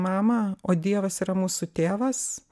mama o dievas yra mūsų tėvas